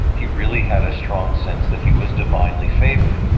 he really had a strong sense that he was divinely favored,